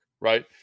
Right